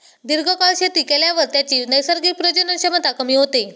दीर्घकाळ शेती केल्यावर त्याची नैसर्गिक प्रजनन क्षमता कमी होते